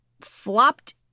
flopped